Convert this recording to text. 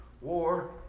war